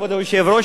כבוד היושב-ראש,